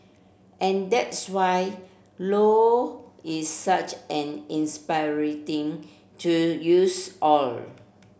and that's why Low is such an inspiration in to use all